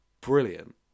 brilliant